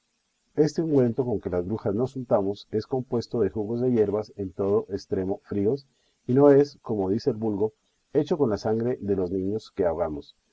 este ungüento con que las brujas nos untamos es compuesto de jugos de yerbas en todo estremo fríos y no es como dice el vulgo hecho con la sangre de los niños que ahogamos